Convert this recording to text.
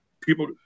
people